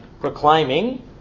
proclaiming